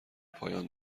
پایان